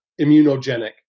immunogenic